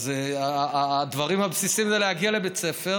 אז אחד הדברים הבסיסיים זה להגיע לבית ספר,